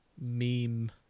meme